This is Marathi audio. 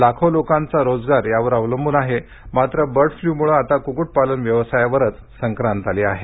लाखो लोकांचा रोजगार यावर अवलंबून आहे मात्र बर्ड फ्ल्यू मुळे आता कुकुटपालन व्यवसायावरच संक्रांत आली आहे